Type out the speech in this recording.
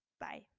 Bye